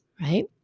right